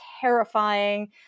terrifying